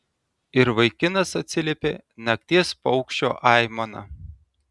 ir vaikinas atsiliepė nakties paukščio aimana